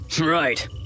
Right